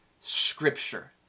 Scripture